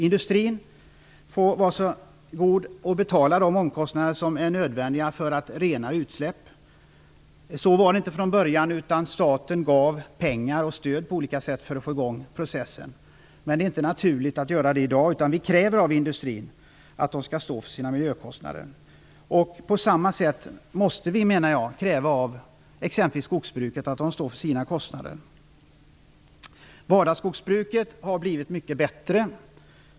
Industrin får vara så god att betala de omkostnader som är nödvändiga för att rena utsläppen. Så var det inte från början, utan staten gav pengar och stöd på olika sätt för att få i gång processen. Men det är inte naturligt att göra så i dag, utan vi kräver av industrin att de skall stå för sina miljökostnader. Jag menar att vi på samma sätt måste kräva av exempelvis skogsbruket att det står för sina kostnader. Skogsbruket har blivit mycket bättre.